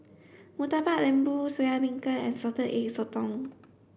Murtabak Lembu Soya Beancurd and salted egg sotong